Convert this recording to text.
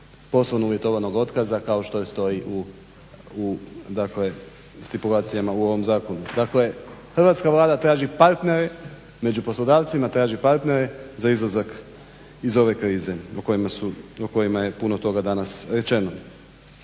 poslovno uvjetovanog otkaza kao što stoji u stipulacijama u ovom zakonu. Dakle hrvatska Vlada traži partnere, među poslodavcima traži partnere za izlazak iz ove krize o kojoj je puno toga danas rečeno.